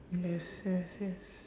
yes yes yes